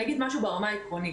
אגיד משהו ברמה העקרונית.